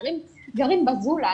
הנערים גרים בזולה,